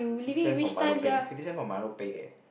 same for milo peng fifty cent for milo peng eh